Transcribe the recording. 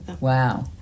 Wow